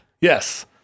Yes